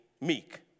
meek